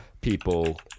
people